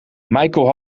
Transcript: michael